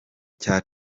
cya